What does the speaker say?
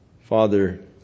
Father